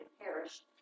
perished